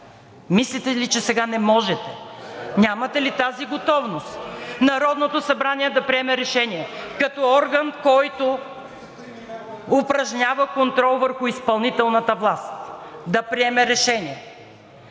Мислите ли, че сега не можете?! Нямате ли тази готовност (шум и реплики) Народното събрание да приеме решение като орган, който упражнява контрол върху изпълнителната власт, да приеме решение